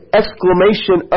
exclamation